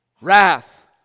wrath